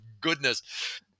goodness